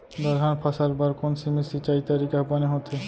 दलहन फसल बर कोन सीमित सिंचाई तरीका ह बने होथे?